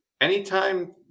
anytime